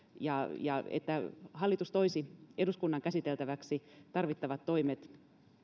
ja ja että hallitus toisi eduskunnan käsiteltäväksi tarvittavat toimet